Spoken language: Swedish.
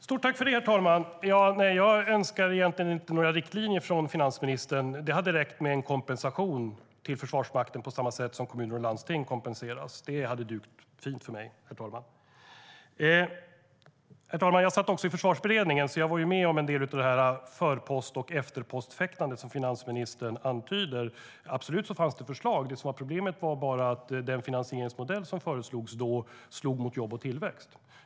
Herr talman! Jag önskar egentligen inte några riktlinjer från finansministern. Det hade räckt med en kompensation till Försvarsmakten på samma sätt som kommuner och landsting kompenseras. Det hade dugt fint för mig. Jag satt i Försvarsberedningen, herr talman, och var med om en del av det förpost och efterpostfäktande som finansministern antyder. Det fanns förslag, absolut, men problemet var att den finansieringsmodell som då föreslogs slog mot jobb och tillväxt.